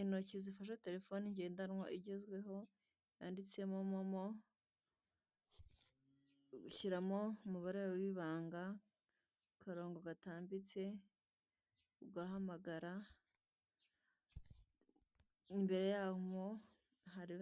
Intoki zifashe terefoni ngendanwa igezweho yanditsemo MoMo, ushyiramo umubare wawe w'ibanga, akarongo gatambitse ugahamagara, imbere yaho mo hari